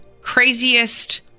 craziest